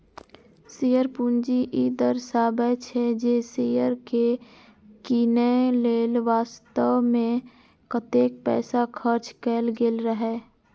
share पूंजी ई दर्शाबै छै, जे शेयर कें कीनय लेल वास्तव मे कतेक पैसा खर्च कैल गेल रहै